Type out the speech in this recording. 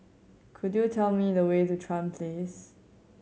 could you tell me the way to Chuan Place